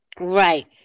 Right